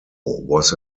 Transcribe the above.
was